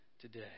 Today